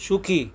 সুখী